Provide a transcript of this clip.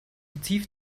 motiv